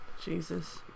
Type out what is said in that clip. Jesus